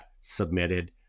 submitted